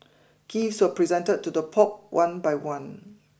gifts were presented to the Pope one by one